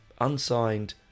unsigned